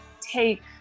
take